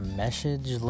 message